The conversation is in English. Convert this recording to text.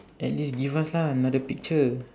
at least give us lah another picture